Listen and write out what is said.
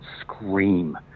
scream